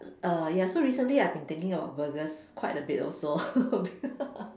err ya so recently I've been thinking about burgers quite a bit also